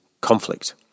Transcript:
conflict